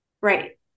Right